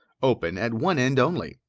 open at one end only.